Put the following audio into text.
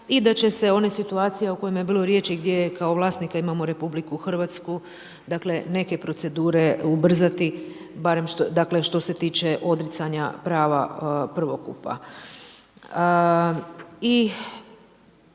i da će se one situacije u kojima je bilo riječi gdje je kao vlasnika imamo RH, dakle neke procedure ubrzati, barem što se tiče odricanja prava prvokupa.